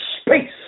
space